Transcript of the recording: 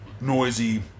noisy